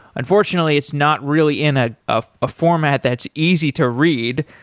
unfortunately, it's not really in a ah ah format that's easy to read.